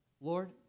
Lord